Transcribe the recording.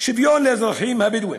שוויון לאזרחים הבדואים?